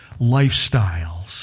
lifestyles